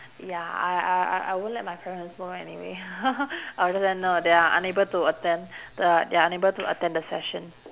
ya I I I I won't let my parents know anyway I will just write no they are unable to attend the~ they're unable to attend the session